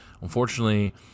unfortunately